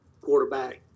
quarterback